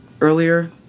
earlier